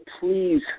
please